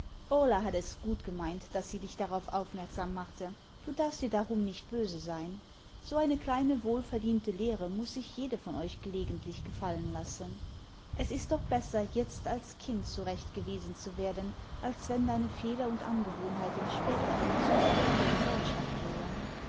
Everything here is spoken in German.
hat es gut gemeint daß sie dich darauf aufmerksam machte du darfst ihr darum nicht böse sein so eine kleine wohlverdiente lehre muß sich jede von euch gelegentlich gefallen lassen es ist doch besser jetzt als kind zurechtgewiesen zu werden als wenn deine fehler und angewohnheiten späterhin zum spott der gesellschaft würden